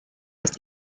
ist